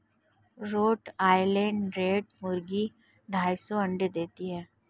road Island Red मुर्गी ढाई सौ अंडे देती है